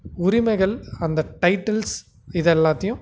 உரிமைகள் அந்த டைட்டில்ஸ் இது எல்லாத்தையும்